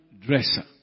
dresser